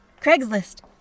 Craigslist